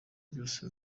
byose